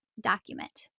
document